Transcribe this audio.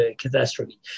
catastrophe